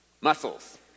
muscles